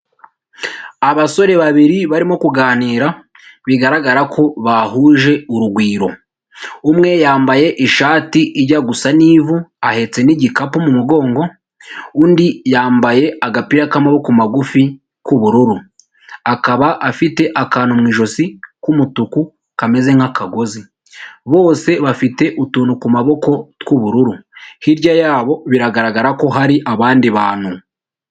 Abasore babiri barimo kuganira bigaragara ko bahuje urugwiro, umwe yambaye ishati ijya gusa n'ivu ahetse n'igikapu mu mugongo, undi yambaye agapira k'amaboko magufi k'ubururu, akaba afite akantu mu ijosi k'umutuku kameze nk'akagozi bose bafite utuntu ku maboko tw'ubururu hirya yabo biragaragara ko hari abandi bantu.